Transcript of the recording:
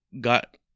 got